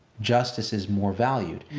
justice is more valued.